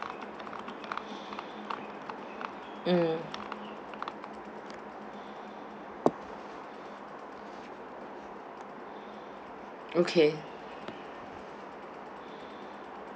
mm okay